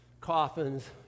coffins